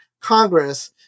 Congress